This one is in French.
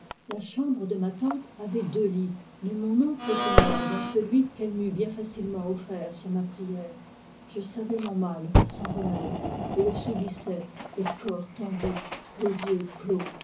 la chambre de ma tante avait deux lits mais mon oncle était mort dans celui qu'elle m'eût bien facilement offert sur ma prière je savais mon mal sans remède et le subissais le corps tendu les yeux clos